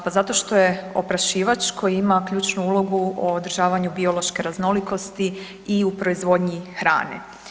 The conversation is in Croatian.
Pa zato što je oprašivač koji ima ključnu ulogu u održavanju biološke raznolikosti i u proizvodnji hrane.